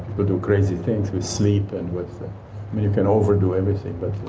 but do crazy things with sleep and with. you can overdo everything. but